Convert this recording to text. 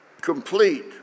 complete